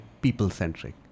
people-centric